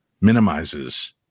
minimizes